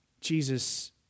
Jesus